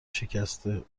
شکسته